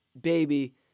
baby